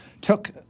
took